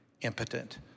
impotent